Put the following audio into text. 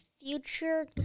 future